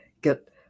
get